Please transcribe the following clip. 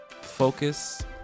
focus